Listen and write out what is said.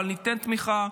אבל ניתן תמיכה,